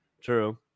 true